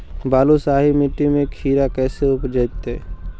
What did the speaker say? बालुसाहि मट्टी में खिरा कैसे उपजतै?